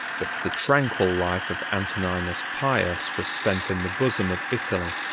but the tranquil life of antoninus pius was spent in the bosom of italy,